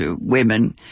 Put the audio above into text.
women